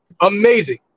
Amazing